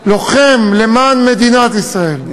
לוחם למען מדינת ישראל,